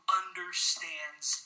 understands